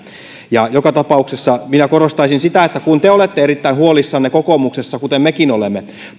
joka tapauksessa minä korostaisin sitä että kun te olette erittäin huolissanne kokoomuksessa kuten mekin olemme